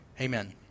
Amen